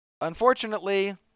unfortunately